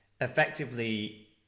effectively